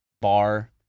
bar